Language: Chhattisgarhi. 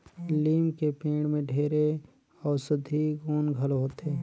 लीम के पेड़ में ढेरे अउसधी गुन घलो होथे